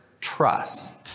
trust